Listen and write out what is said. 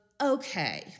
okay